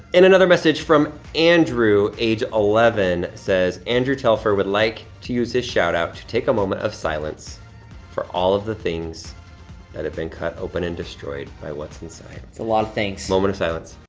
and another message from andrew, age eleven, says, andrew telfer would like to use his shout-out to take a moment of silence for all of the things that have been cut open and destroyed by what's inside. it's a lot of moment of silence.